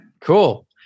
cool